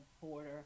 border